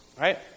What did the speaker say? right